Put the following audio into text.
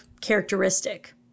characteristic